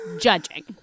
judging